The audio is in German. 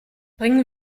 bringen